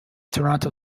toronto